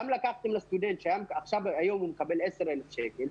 גם לקחתם לסטודנט שהיום מקבל 10,000 שקלים,